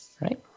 right